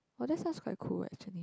but that sounds quite cool actually